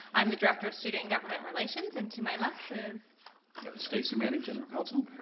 i'm the director of student government relations, and to my left is stacey manning, general counsel,